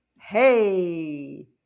Hey